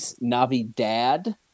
Navidad